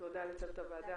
שהוועדה